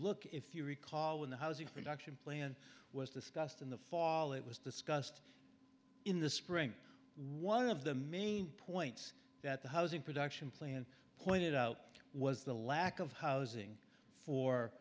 at if you recall when the housing production plan was discussed in the fall it was discussed in the spring one of the main points that the housing production play and pointed out was the lack of housing for